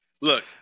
Look